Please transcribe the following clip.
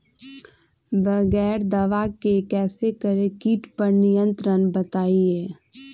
बगैर दवा के कैसे करें कीट पर नियंत्रण बताइए?